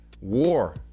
war